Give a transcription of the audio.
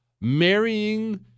marrying